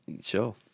Sure